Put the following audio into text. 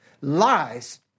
lies